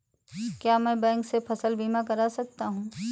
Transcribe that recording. क्या मैं बैंक से फसल बीमा करा सकता हूँ?